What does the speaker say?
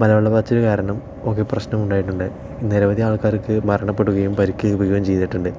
മഴവെള്ള പാച്ചിൽ കാരണം കുറെ പ്രശനം ഉണ്ടായിട്ടുണ്ട് നിരവധി ആൾക്കാർക്ക് മരണപ്പെടുകയും പരിക്ക് ഏൽപ്പിക്കുകയും ചെയ്തിട്ടുണ്ട്